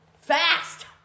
fast